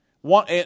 one